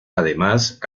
además